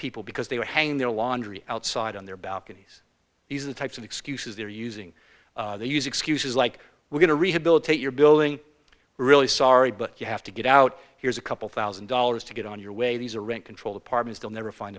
people because they were hanging their laundry outside on their balconies these are the types of excuses they're using they use excuses like we're going to rehabilitate your billing really sorry but you have to get out here's a couple thousand dollars to get on your way these are rent controlled apartments they'll never find